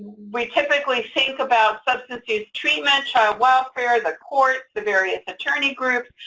we typically think about substance use treatment, child welfare, the courts, the various attorney groups.